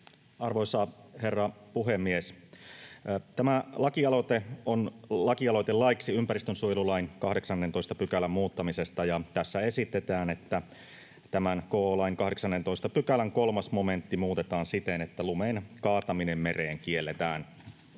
Arvoisa herra puhemies! Tämä lakialoite on lakialoite laiksi ympäristönsuojelulain 18 §:n muuttamisesta, ja tässä esitetään, että tämän ko. lain 18 §:n 3 momentti muutetaan siten, että lumen kaataminen mereen kielletään.